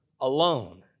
alone